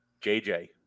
JJ